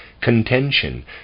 Contention